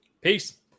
Peace